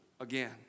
again